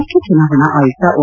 ಮುಖ್ಯ ಚುನಾವಣಾ ಆಯುಕ್ತ ಓ